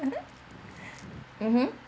mmhmm mmhmm